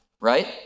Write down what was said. right